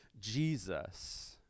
Jesus